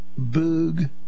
Boog